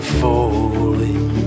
falling